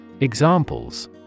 Examples